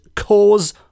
cause